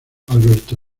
alberto